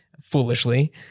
foolishly